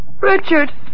Richard